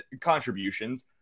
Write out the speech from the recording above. contributions